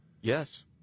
Yes